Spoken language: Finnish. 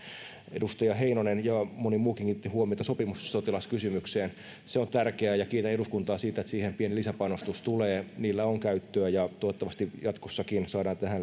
edustaja heinonen ja moni muu kiinnitti huomiota sopimussotilaskysymykseen se on tärkeää ja kiitän eduskuntaa siitä että siihen pieni lisäpanostus tulee niille on käyttöä ja toivottavasti jatkossakin saadaan tähän